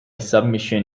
submission